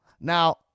Now